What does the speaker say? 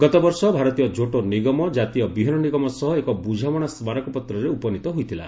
ଗତବର୍ଷ ଭାରତୀୟ ଝୋଟ ନିଗମ ଜାତୀୟ ବିହନ ନିଗମ ସହ ଏକ ବୁଝାମଣା ସ୍କାରକପତ୍ରରେ ଉପନୀତ ହୋଇଥିଲା